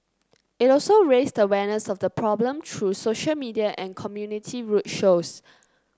it also raised awareness of the problem through social media and community rude shows